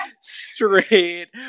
straight